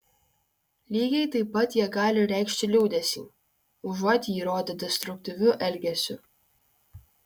lygiai taip pat jie gali reikšti liūdesį užuot jį rodę destruktyviu elgesiu